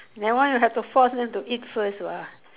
that one you have to force them to eat first [what]